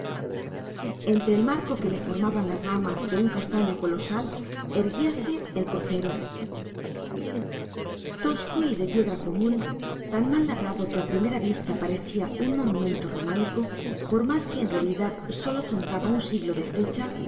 entre el marco que le formaban las ramas de un castaño colosal erguíase el crucero tosco de piedra común tan mal labrado que a primera vista parecía monumento románico por más que en realidad sólo contaba un siglo de fecha